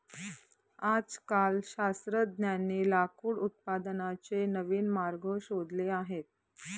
आजकाल शास्त्रज्ञांनी लाकूड उत्पादनाचे नवीन मार्ग शोधले आहेत